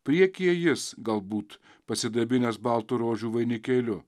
priekyje jis galbūt pasidabinęs baltu rožių vainikėliu